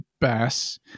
bass